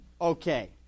Okay